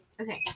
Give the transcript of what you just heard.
Okay